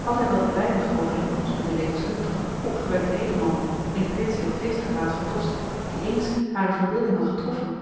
had hij wel weinig overeenkomst met den levenslustigen opgewekten edelman in prinselijk feestgewaad gedost die eens hare verbeelding had getroffen